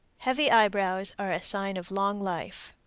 heavy eyebrows are a sign of long life.